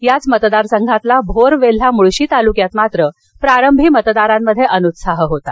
याच मतदारसंघातील भोर वेल्हा मुळशी तालुक्यात प्रारंभी मतदारात अनुत्साह होता